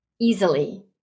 easily